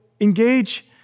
engage